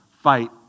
fight